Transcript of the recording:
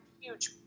huge